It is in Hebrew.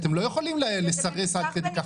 אתם לא יכולים לסרס עד כדי כך.